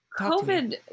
COVID